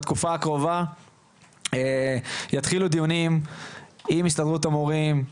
בתקופה הקרובה יתחילו דיונים עם הסתדרות המורים,